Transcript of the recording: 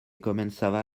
començava